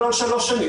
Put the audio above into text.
גם לא על שלוש שנים,